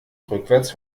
rückwärts